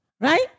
right